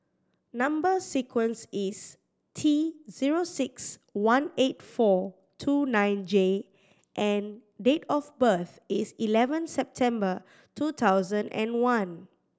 number sequence is T zero six one eight four two nine J and date of birth is eleven September two thousand and one